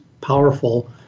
powerful